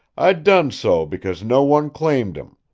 i done so because no one claimed him.